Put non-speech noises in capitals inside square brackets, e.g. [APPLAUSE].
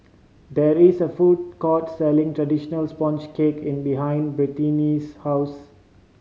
there is a food court selling traditional sponge cake [UNINTELLIGIBLE] behind Brittani's house